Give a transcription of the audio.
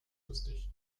lustig